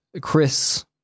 Chris